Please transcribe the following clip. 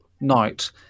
night